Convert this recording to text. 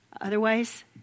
Otherwise